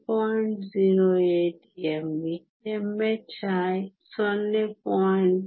08 me mhi is 0